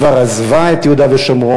כבר עזבה את יהודה ושומרון,